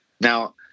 Now